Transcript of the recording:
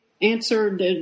answered